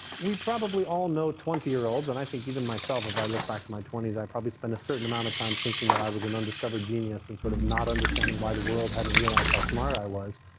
we probably all know twenty year olds. and i think even myself, if i look back to my twenty s, i probably spent a certain amount of time thinking that i was an undiscovered genius and sort of not understanding why the world hadn't realized how smart i was.